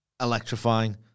electrifying